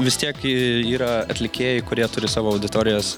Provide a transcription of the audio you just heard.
vis tiek yra atlikėjų kurie turi savo auditorijas